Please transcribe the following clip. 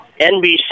NBC